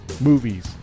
Movies